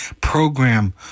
program